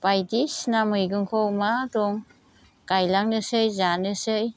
बायदिसिना मैगंखौ मा दं गायलांनोसै जानोसै